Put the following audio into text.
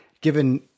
given